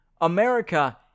America